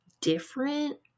different